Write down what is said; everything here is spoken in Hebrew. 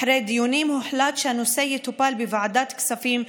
אחרי דיונים הוחלט שהנושא יטופל בוועדת הכספים,